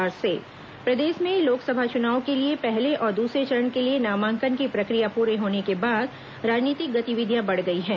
लोकसभा चुनाव नामांकन प्रदेश में लोकसभा चुनाव के लिए पहले और दूसरे चरण के लिए नामांकन की प्रक्रिया पूरी होने के बाद राजनीतिक गतिविधियां बढ़ गई हैं